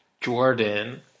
Jordan